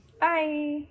Bye